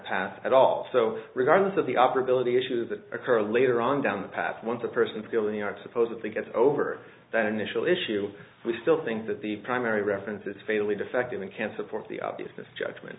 path at all so regardless of the operability issues that occur later on down the path once the person feeling aren't supposed to get over that initial issue we still think that the primary reference is fatally defective and can't support the obvious misjudgment